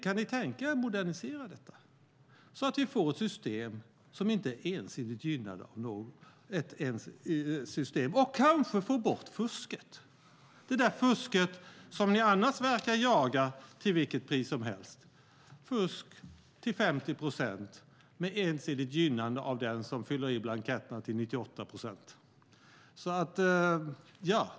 Kan ni tänka er att modernisera lite så att vi får ett system som inte ensidigt gynnar ett fordonsslag och kanske få bort fusket, det där fusket som ni annars verkar jaga till vilket pris som helst, fusk till 50 procent med ensidigt gynnande av de 98 procent som fyller i blanketterna.